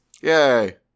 Yay